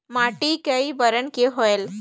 माटी कई बरन के होयल?